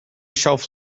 shelf